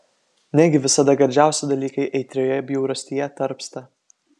negi visada gardžiausi dalykai aitrioje bjaurastyje tarpsta